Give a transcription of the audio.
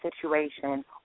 situation